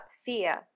fear